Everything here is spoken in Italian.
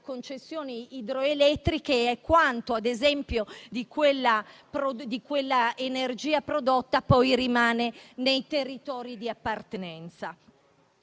concessioni idroelettriche e a quanta dell'energia prodotta rimane nei territori di appartenenza.